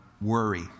worry